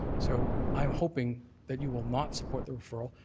so i'm hoping that you will not support the referral,